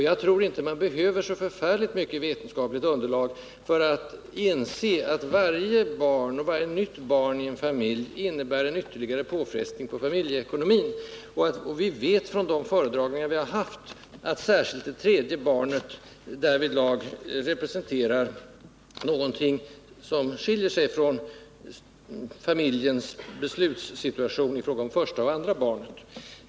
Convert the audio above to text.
Jag tror inte heller att man behöver så mycket vetenskapligt underlag för att inse att varje nytt barn i en familj innebär en ytterligare påfrestning på familjens ekonomi. Mot bakgrund av de föredragningar vi har haft vet vi att familjens beslutssituation i fråga om särskilt det tredje barnet därvidlag skiljer sig från den som rör det första och det andra barnet.